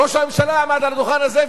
ראש הממשלה עמד על הדוכן הזה,